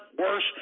worse